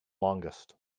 longest